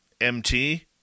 MT